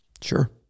Sure